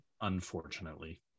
unfortunately